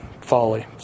folly